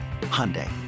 Hyundai